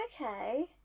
okay